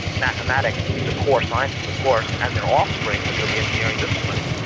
mathematics, these are core sciences of course, and their offspring which are the engineering disciplines.